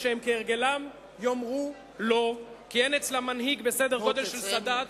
ואני אומר לכם: תשבו ארבע שנים באופוזיציה,